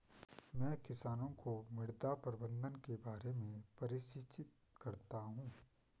मैं किसानों को मृदा प्रबंधन के बारे में प्रशिक्षित करता हूँ